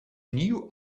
new